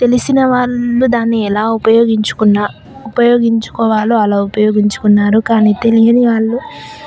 అంటే తెలిసిన వాళ్ళు దాన్ని ఎలా ఉపయోగించుకున్నా ఉపయోగించుకో వాలా అలా ఉపయోగించుకున్నారు కానీ తెలియని వాళ్ళు